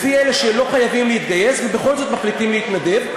לפי אלה שלא חייבים להתגייס ובכל זאת מחליטים להתנדב.